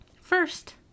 First